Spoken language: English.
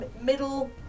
middle